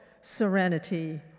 serenity